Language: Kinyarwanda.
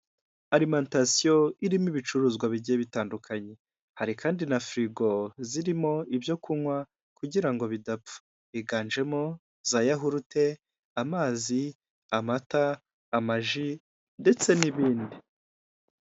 Alimatasiyo irimo ibicuruzwa bigiye bitandukanye. Hari kandi na firigo zirimo ibyo kunywa kugirango bidapfa. Higanjemo za yahurute, amazi, amata ,amaji ndetse n'ibindi.